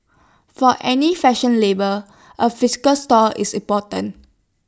for any fashion label A physical store is important